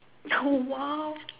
no !wow!